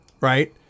right